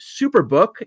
Superbook